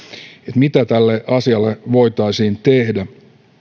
mitä tälle asialle voitaisiin tehdä